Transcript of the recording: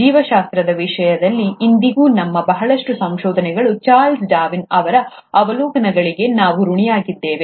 ಜೀವಶಾಸ್ತ್ರದ ವಿಷಯದಲ್ಲಿ ಇಂದಿಗೂ ನಮ್ಮ ಬಹಳಷ್ಟು ಸಂಶೋಧನೆಗಳು ಚಾರ್ಲ್ಸ್ ಡಾರ್ವಿನ್ ಅವರ ಅವಲೋಕನಗಳಿಗೆ ನಾವು ಋಣಿಯಾಗಿದ್ದೇವೆ